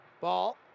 Ball